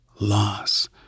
loss